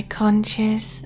conscious